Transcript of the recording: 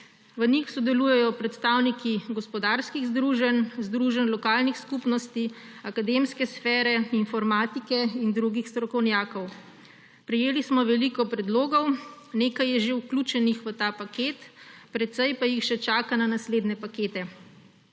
V njih sodelujejo predstavniki gospodarskih združenj, združenj lokalnih skupnosti, akademske sfere, informatike in drugih strokovnjakov. Prejeli smo veliko predlogov. Nekaj je že vključenih v ta paket, precej pa jih še čaka na naslednje pakete.